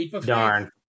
Darn